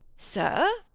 sur.